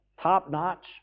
top-notch